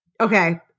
Okay